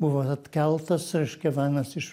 buvo atkeltas reiškia vienas iš